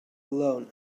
alone